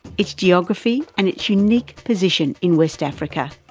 its geography and its unique position in west africa.